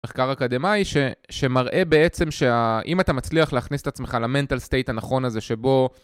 מחקר אקדמאי שמראה בעצם שה.. שאם אתה מצליח להכניס את עצמך ל mental state הנכון הזה שבו...